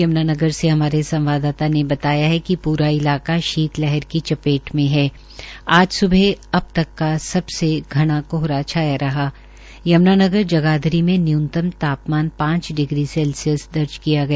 यम्नानगर से हमारे संवाददाता ने बताया कि पूरा इलका शीत लहर की चपेट में है आज स्बह अब तक का सबसे घना कोहरा छाया रहा यम्नानगर जगाधरी में न्यूनतम तापमान पांच डिग्री सेल्सियस दर्ज किया गया